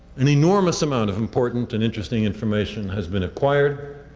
an enormous amount of important and interesting information has been acquired.